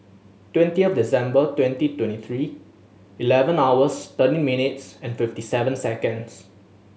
twentieth December twenty twenty three eleven hours thirteen minutes and fifty seven seconds